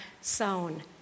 sown